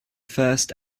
first